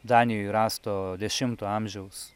danijoj rasto dešimto amžiaus